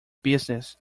business